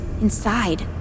Inside